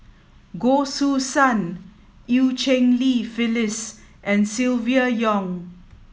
Goh Choo San Eu Cheng Li Phyllis and Silvia Yong